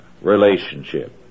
relationship